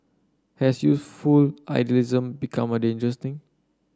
has youthful idealism become a danger thing